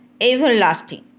everlasting